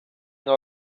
nka